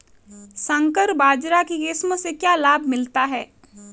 संकर बाजरा की किस्म से क्या लाभ मिलता है?